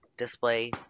Display